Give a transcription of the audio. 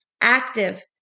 active